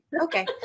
okay